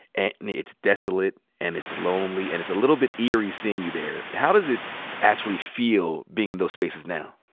and it's desolate, and it's lonely, and it's a little bit eerie seeing you there. how does it actually feel being in those spaces now?